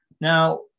Now